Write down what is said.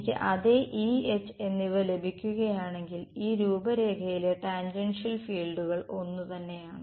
എനിക്ക് അതേ E H എന്നിവ ലഭിക്കുകയാണെങ്കിൽ ഈ രൂപരേഖയിലെ ടാൻജൻഷ്യൽ ഫീൽഡുകൾ ഒന്നുതന്നെയാണ്